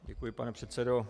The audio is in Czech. Děkuji, pane předsedo.